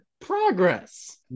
progress